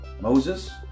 Moses